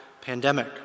pandemic